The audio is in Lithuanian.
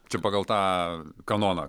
čia pagal tą kanoną